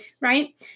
right